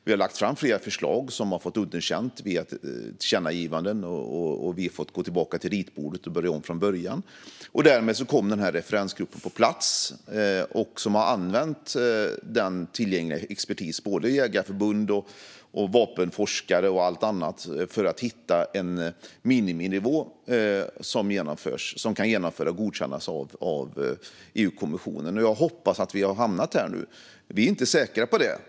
Vi har lagt fram flera förslag, som har fått underkänt, via tillkännagivanden, och vi har fått gå tillbaka till ritbordet och börja om från början. Därmed kom referensgruppen på plats, och den har använt den tillgängliga expertisen - både Jägareförbundet, vapenforskare och allt annat - för att hitta en miniminivå som kan genomföras och godkännas av EU-kommissionen. Jag hoppas att vi har hamnat där nu, men vi är inte säkra på det.